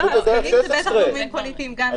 אני